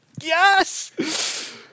yes